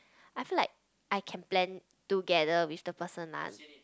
I feel like I can plan together with the person lah